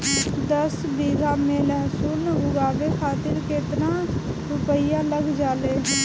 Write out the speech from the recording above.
दस बीघा में लहसुन उगावे खातिर केतना रुपया लग जाले?